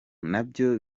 nabyo